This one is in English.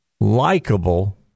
likable